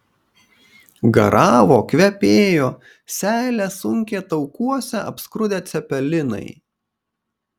garavo kvepėjo seilę sunkė taukuose apskrudę cepelinai